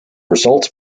results